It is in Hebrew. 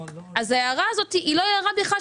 לכן, ההערה הזו היא לא במקום,